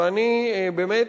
ואני באמת